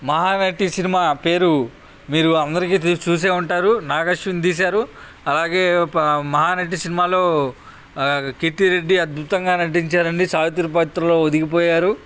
Mahanati cinema పేరు మీరు అందరికి చూసే ఉంటారు నాగ అశ్విన్ తీశారు అలాగే మహానటి సినిమాలో కీర్తి రెడ్డి అద్భుతంగా నటించారండి సావిత్రి పాత్రలో ఒదిగిపోయారు